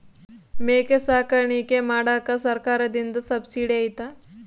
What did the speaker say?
ಮೇಕೆ ಸಾಕಾಣಿಕೆ ಮಾಡಾಕ ಸರ್ಕಾರದಿಂದ ಸಬ್ಸಿಡಿ ಐತಾ?